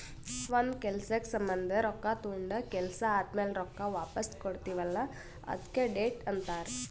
ಒಂದ್ ಕೆಲ್ಸಕ್ ಸಂಭಂದ ರೊಕ್ಕಾ ತೊಂಡ ಕೆಲ್ಸಾ ಆದಮ್ಯಾಲ ರೊಕ್ಕಾ ವಾಪಸ್ ಕೊಡ್ತೀವ್ ಅಲ್ಲಾ ಅದ್ಕೆ ಡೆಟ್ ಅಂತಾರ್